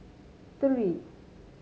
three